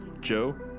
Joe